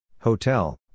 Hotel